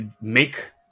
make